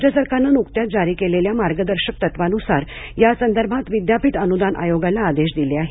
राज्य सरकारनं नुकत्याच जारी केलेल्या मार्गदर्शक तत्वानुसार या संदर्भात विद्यापीठ अनुदान आयोगाला आदेश दिले आहेत